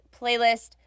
playlist